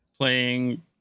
Playing